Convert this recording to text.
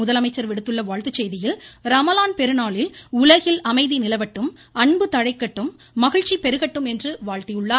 முதலமைச்சர் விடுத்துள்ள வாழ்த்து செய்தியில் ரமலான் பெருநாளில் உலகில் அமைதி நிலவட்டும் அன்பு தழைக்கட்டும் மகிழ்ச்சி பெருகட்டும் என்று வாழ்த்தியுள்ளார்